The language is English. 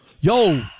Yo